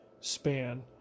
span